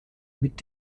mit